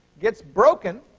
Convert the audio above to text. gets broken.